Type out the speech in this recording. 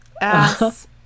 ass